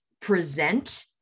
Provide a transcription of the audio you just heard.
present